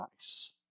nice